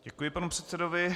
Děkuji panu předsedovi.